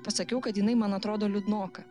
pasakiau kad jinai man atrodo liūdnoka